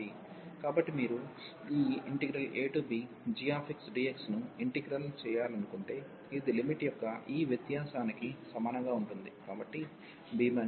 కాబట్టి మీరు ఈ abgxdx ను ఇంటిగ్రల్ చేయాలనుకుంటే ఇది లిమిట్ యొక్క ఈ వ్యత్యాసానికి సమానంగా ఉంటుంది కాబట్టిb a